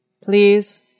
Please